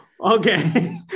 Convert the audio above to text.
okay